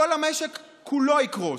כל המשק כולו יקרוס.